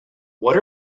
what